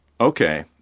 Okay